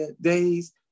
days